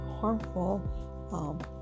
harmful